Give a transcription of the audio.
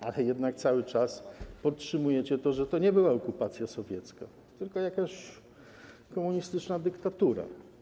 Ale jednak cały czas podtrzymujecie to, że to była nie okupacja sowiecka, tylko jakaś komunistyczna dyktatura.